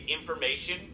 information